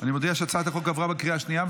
אני מודיע שהצעת החוק עברה בקריאה השנייה.